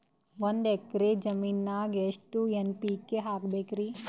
ಒಂದ್ ಎಕ್ಕರ ಜಮೀನಗ ಎಷ್ಟು ಎನ್.ಪಿ.ಕೆ ಹಾಕಬೇಕರಿ?